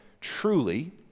Truly